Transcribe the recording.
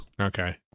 Okay